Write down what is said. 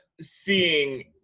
seeing